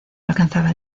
alcanzaba